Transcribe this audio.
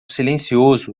silencioso